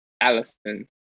Allison